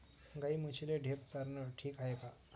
गाई म्हशीले ढेप चारनं ठीक हाये का?